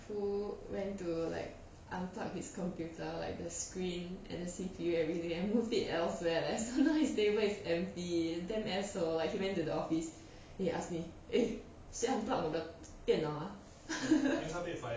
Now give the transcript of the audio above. who went to like unplug his computer like the screen and the C_P_U and every then move it elsewhere leh so now his table is empty damn asshole like he went to the office then he ask me eh siang unplug 我的电脑 ah